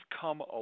come